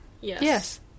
Yes